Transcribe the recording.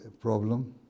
problem